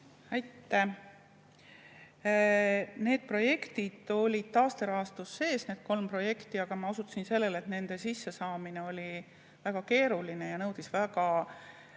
Aitäh! Need projektid olid taasterahastus sees, need kolm projekti. Mina osutasin sellele, et nende sissesaamine oli väga keeruline ja nõudis väga